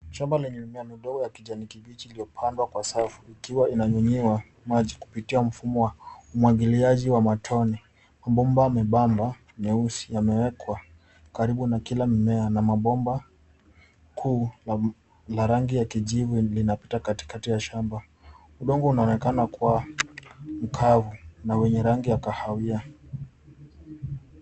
Shamba lenye mimea midogo ya kijani kibichi iliyopandwa kwa safu ikiwa inanyunyiwa maji kupitia mfumo wa umwagiliaji wa matone. Mabomba membamba meusi yamewekwa karibu na kila mmea na mabomba kuu la rangi ya kijivu linapita katikati ya shamba. Udongo unaonekana kuwa mkavu na wenye rangi ya kahawia.